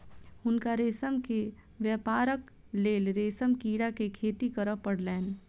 हुनका रेशम के व्यापारक लेल रेशम कीड़ा के खेती करअ पड़लैन